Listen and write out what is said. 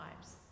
lives